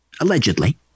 allegedly